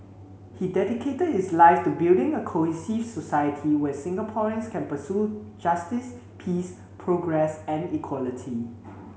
he dedicated his life to building a cohesive society where Singaporeans can pursue justice peace progress and equality